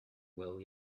well